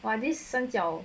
!wah! this 三角